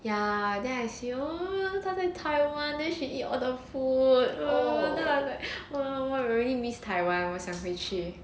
ya then I see her !wah! 他在 taiwan then she eat all the food ya then I'm like really miss taiwan 我想回去